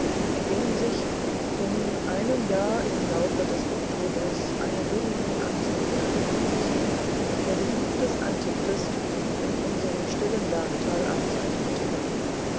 in denen sich vor nun einem jahr im laufe des oktobris anno domini der besuch des antichrist in unserem stillen bergtal abzeichnete